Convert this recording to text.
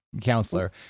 counselor